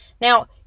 Now